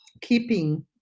keeping